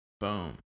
Boom